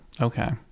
Okay